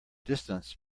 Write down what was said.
distance